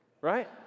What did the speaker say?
Right